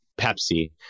Pepsi